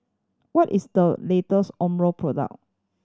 what is the latest Omron product